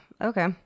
Okay